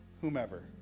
whomever